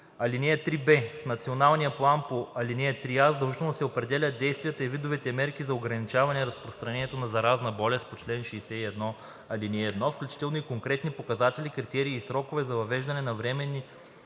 ал. 1. (3б) В Националния план по ал. 3а задължително се определят действията и видовете мерки за ограничаване разпространението на заразна болест по чл. 61, ал. 1, включително и конкретни показатели, критерии и срокове за въвеждане на временни